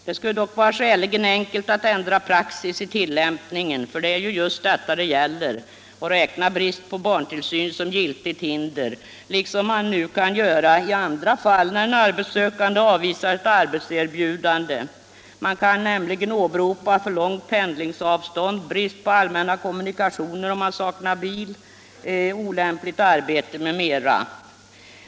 Det skulle dock vara skäligen enkelt att ändra praxis i tillämpningen — det är just den det gäller — och räkna brist på barntillsyn som giltigt hinder, som man nu kan göra i andra fall när en arbetssökande avvisar ett arbetserbjudande. Då kan man åberopa för långt pendelavstånd, brist på allmänna kommunikationer, att man saknar bil, att arbetet är olämpligt m.m.